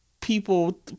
people